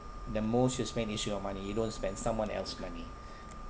the most you spend is your money you don't spend someone else money